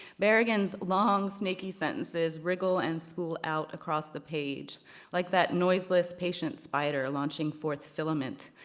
berrigan's long, snaky sentences wriggle and spool out across the page like that noiseless, patient spider launching forth filament.